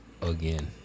again